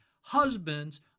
husbands